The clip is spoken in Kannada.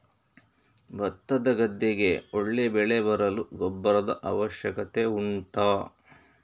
ಭತ್ತದ ಗದ್ದೆಗೆ ಒಳ್ಳೆ ಬೆಳೆ ಬರಲು ಗೊಬ್ಬರದ ಅವಶ್ಯಕತೆ ಉಂಟಾ